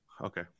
Okay